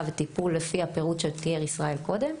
וטיפול לפי הפירוט שתיאר ישראל קודם.